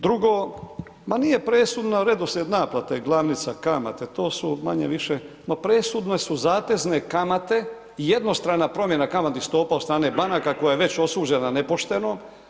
Drugo, ma nije presudan redoslijed naplate glavnica kamate, to su manje-više, ma presudne su zatezne kamate i jednostrana promjena kamatnih stopa od strane banaka koja je već osuđena nepošteno.